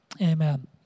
Amen